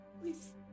Please